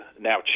now